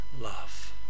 love